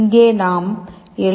இங்கே நாம் எல்